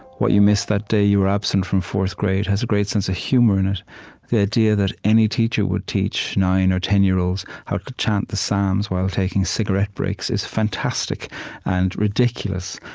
what you missed that day you were absent from fourth grade, has a great sense of humor in it the idea that any teacher would teach nine or ten year olds how to chant the psalms while taking cigarette breaks is fantastic and ridiculous.